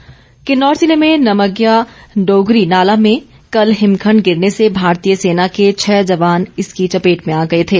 हिमस्खलन किन्नौर किन्नौर जिले में नमज्ञा डोगरी नाला में कल हिमखंड गिरने से भारतीय सेना के छह जवान इसकी चपेट में आ गए थे